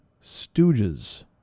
Stooges